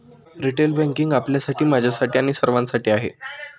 retail banking आपल्यासाठी, माझ्यासाठी आणि सर्वांसाठी आहे